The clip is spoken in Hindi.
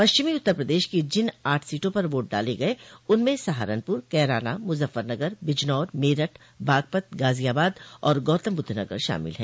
पश्चिमी उत्तर प्रदेश की जिन आठ सीटों पर वोट डाले गये उनमें सहारनपुर कैराना मुजफ़फ़रनगर बिजनौर मेरठ बागपत गाजियाबाद और गौतमबुद्ध नगर शामिल है